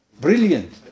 Brilliant